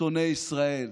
שונאי ישראל,